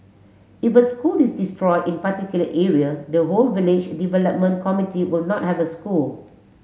if a school is destroy in particular area the whole village development committee will not have a school